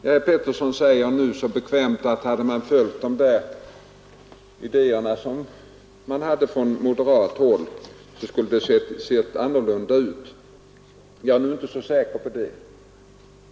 Herr Petersson i Gäddvik sade så bekvämt att om man hade följt de idéer som framförts från moderat håll, så skulle det ha sett annorlunda ut. Jag är nu inte så säker på det.